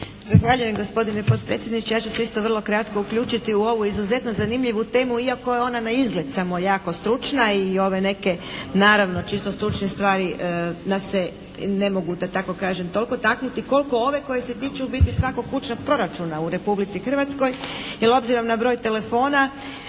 Zahvaljujem gospodine potpredsjedniče. Ja ću se isto vrlo kratko uključiti u ovu izuzetno zanimljivu temu iako je ona na izgled samo jako stručna i ove neke naravno čisto stručne stvari da se ne mogu da tako kažem toliko taknuti koliko ove koje se tiču u biti svakog kućnog proračuna u Republici Hrvatskoj. Jer obzirom na broj telefona,